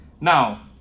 now